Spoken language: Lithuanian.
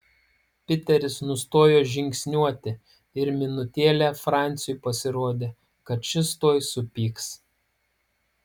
piteris nustojo žingsniuoti ir minutėlę franciui pasirodė kad šis tuoj supyks